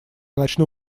начну